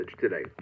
today